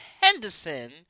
Henderson